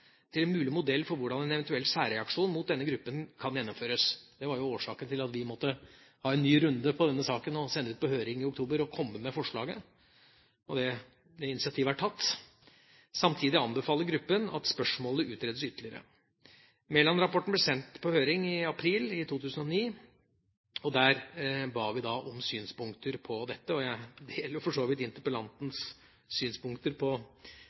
til en mulig modell for hvordan en eventuell særreaksjon mot denne gruppen kan gjennomføres. Det var jo årsaken til at vi måtte ha en ny runde på denne saken og sende den ut på høring i oktober og komme med forslaget. Det initiativet er tatt. Samtidig anbefaler gruppen at spørsmålet utredes ytterligere. Mæland-rapporten ble sendt på høring med frist 1. april 2009. Der ba vi om synspunkter på dette, og jeg deler for så vidt interpellantens synspunkter på